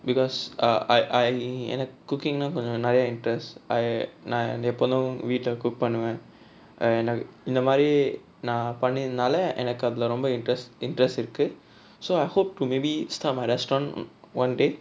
because ah I I எனக்கு:enakku cooking கொஞ்ச நிறைய:konja niraiya interest I நா எப்போதும் வீட்டுல:naa eppothum veetula cook பண்ணுவேன் இந்தமாரி நா பண்ணதுனால எனக்கு அதுல ரொம்ப:pannuven inthamaari naa pannathunaala enakku athula romba interest interest இருக்கு:irukku so I hope to maybe start my restaurant one day